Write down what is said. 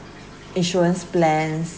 insurance plans